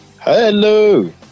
Hello